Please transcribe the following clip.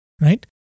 right